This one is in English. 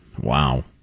Wow